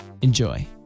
Enjoy